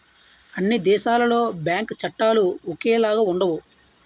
అన్ని దేశాలలో బ్యాంకు చట్టాలు ఒకేలాగా ఉండవు